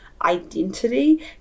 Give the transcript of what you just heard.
identity